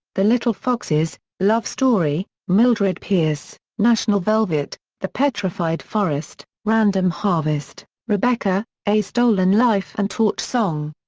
the little foxes, love story, mildred pierce, national velvet, the petrified forest, random harvest, rebecca, a stolen life and torch song.